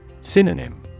Synonym